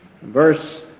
verse